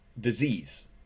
disease